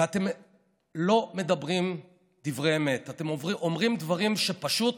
ואתם לא מדברים דברי אמת, אתם אומרים דברים שפשוט